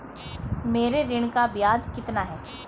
मेरे ऋण का ब्याज कितना है?